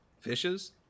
Fishes